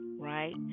right